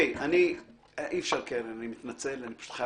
אני מודה